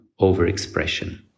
overexpression